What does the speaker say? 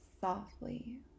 softly